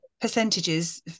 percentages